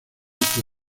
fue